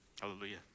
Hallelujah